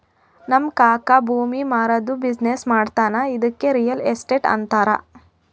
ನಮ್ ಕಾಕಾ ಭೂಮಿ ಮಾರಾದ್ದು ಬಿಸಿನ್ನೆಸ್ ಮಾಡ್ತಾನ ಇದ್ದುಕೆ ರಿಯಲ್ ಎಸ್ಟೇಟ್ ಅಂತಾರ